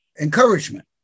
encouragement